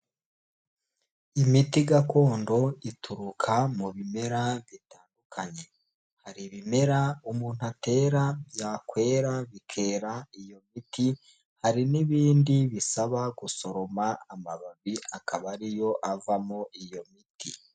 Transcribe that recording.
Imiti gakondo ituruka mu bimera bitandukanye. Hari ibimera umuntu atera, byakwera bikera iyo miti, hari n'ibindi bisaba gusoroma amababi akaba ariyo avamo iyo miti.